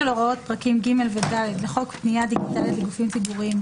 הוראות פרקים ג' ו-ד' לחוק פנייה דיגיטלית לגופים ציבוריים,